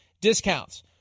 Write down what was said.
discounts